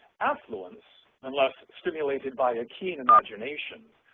affluence, unless stimulated by a keen imagination,